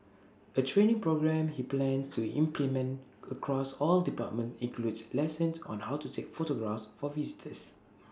A training programme he plans to implement across all departments includes lessons on how to take photographs for visitors